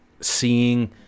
seeing